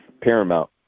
paramount